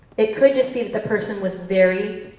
it could just be that the person was very,